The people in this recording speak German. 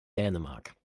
dänemark